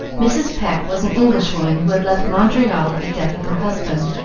mrs. pecq was an englishwoman who had left montreal at the death of her husband,